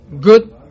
good